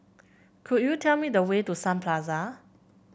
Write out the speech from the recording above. could you tell me the way to Sun Plaza